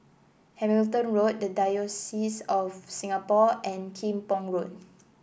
Hamilton Road the Diocese of Singapore and Kim Pong Road